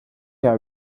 jahr